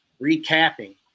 recapping